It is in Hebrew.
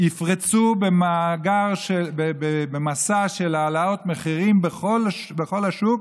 יפרצו במסע של העלאות מחירים בכל השוק,